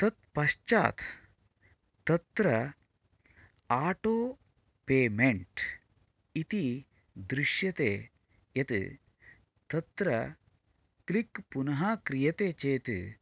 तत्पश्चात् तत्र auto payment इति दृश्यते यत् तत्र क्लिक् पुनः क्रियते चेत्